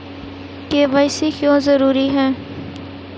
KYC क्यों जरूरी है?